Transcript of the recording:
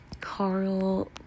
Carl